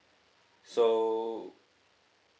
so